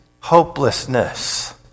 hopelessness